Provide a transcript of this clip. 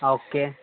હા ઓકે